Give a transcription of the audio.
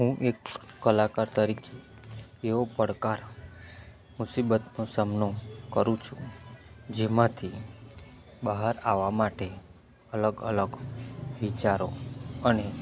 હું એક કલાકાર તરીકે એવો પડકાર મુસીબતનો સામનો કરું છું જેમાંથી બહાર આવા માટે અલગ અલગ વિચારો અને